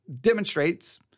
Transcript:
demonstrates